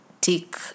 take